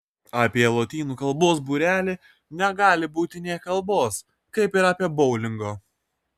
apie lotynų kalbos būrelį negali būti nė kalbos kaip ir apie boulingo